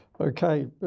okay